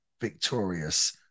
victorious